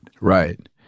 right